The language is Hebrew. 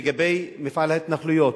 לגבי מפעל ההתנחלויות.